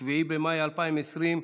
7 במאי 2020,